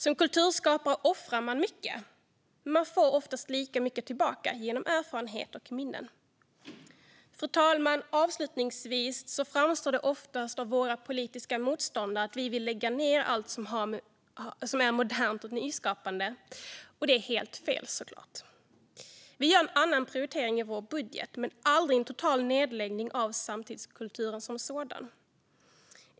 Som kulturskapare offrar man mycket, men man får oftast lika mycket tillbaka genom erfarenhet och minnen. Fru talman! Vi framställs ofta av våra politiska motståndare som att vi vill lägga ned allt som är modernt och nyskapande. Det är såklart helt fel. Vi gör en annan prioritering i vår budget men aldrig en total nedläggning av samtidskulturen som sådan.